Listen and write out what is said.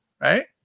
right